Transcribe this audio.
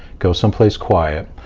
go someplace quiet,